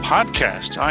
Podcast